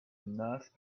nurse